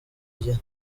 gihe